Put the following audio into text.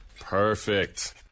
perfect